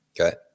Okay